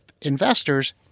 investors